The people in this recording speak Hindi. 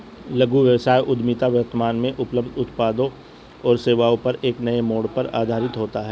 लघु व्यवसाय उद्यमिता वर्तमान में उपलब्ध उत्पादों और सेवाओं पर एक नए मोड़ पर आधारित होता है